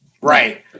right